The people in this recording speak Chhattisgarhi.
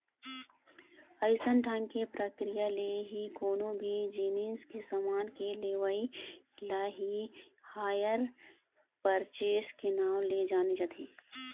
अइसन ढंग के प्रक्रिया ले ही कोनो भी जिनिस के समान के लेवई ल ही हायर परचेस के नांव ले जाने जाथे